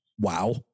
wow